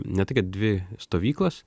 ne tai kad dvi stovyklos